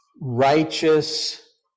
righteous